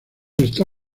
está